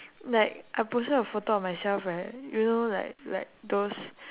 like I posted a photo of myself right you know like like those